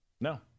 No